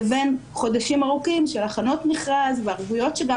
לבין חודשים ארוכים של הכנות מכרז וערבויות שגם